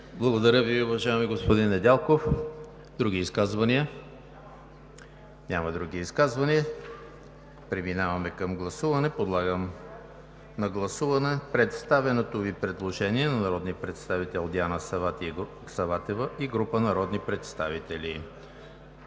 Благодаря Ви, уважаеми господин Недялков. Други изказвания? Няма. Преминаваме към гласуване. Подлагам на гласуване представеното Ви предложение на народния представител Диана Саватева и група народни представители.